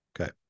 Okay